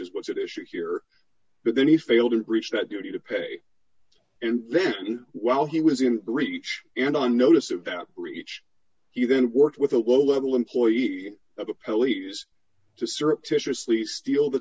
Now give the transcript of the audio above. is what's at issue here but then he failed and breached that duty to pay and then while he was in breach and on notice of that breach he then worked with a low level employee of the police to surreptitiously steal the